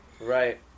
Right